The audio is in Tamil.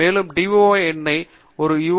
மேலும் டிஒஐ எண்ணை ஒரு யூ